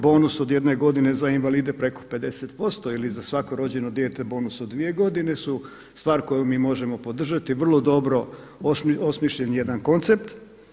Bonus od jedne godine za invalide preko 50% ili za svako rođeno dijete bonus od dvije godine su stvar koju mi možemo podržati, vrlo dobro osmišljen jedan koncept.